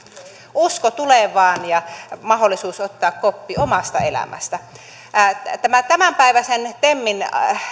usko tulevaan ja mahdollisuus ottaa koppi omasta elämästä tämän tämänpäiväisen temin